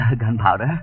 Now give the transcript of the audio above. Gunpowder